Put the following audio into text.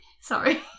Sorry